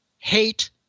hate